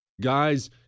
Guys